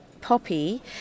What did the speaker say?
poppy